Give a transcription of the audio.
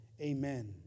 Amen